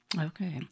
Okay